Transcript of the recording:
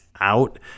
out